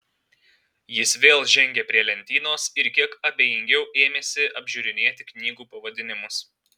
jis vėl žengė prie lentynos ir kiek abejingiau ėmėsi apžiūrinėti knygų pavadinimus